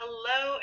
Hello